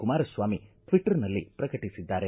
ಕುಮಾರಸ್ವಾಮಿ ಟ್ವಿಟ್ಸರ್ನಲ್ಲಿ ಪ್ರಕಟಿಸಿದ್ದಾರೆ